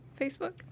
Facebook